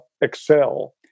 excel